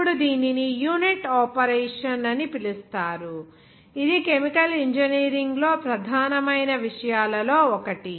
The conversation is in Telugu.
ఇప్పుడు దీనిని యూనిట్ ఆపరేషన్ అని పిలుస్తారు ఇది కెమికల్ ఇంజనీరింగ్లో ప్రధానమైన విషయాలలో ఒకటి